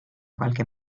qualche